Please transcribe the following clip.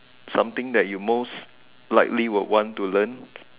something that you most likely would want to learn